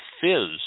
Fizz